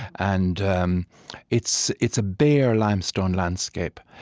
and um it's it's a bare limestone landscape.